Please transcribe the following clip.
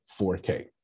4K